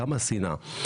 כמה שנאה.